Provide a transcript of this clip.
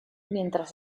mientras